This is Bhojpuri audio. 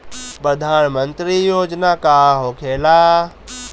प्रधानमंत्री योजना का होखेला?